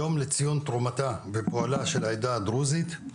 יום לציון תרומתה ופועלה של העדה הדרוזית.